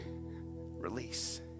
release